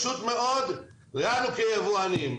לנו כיבואנים,